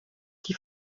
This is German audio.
die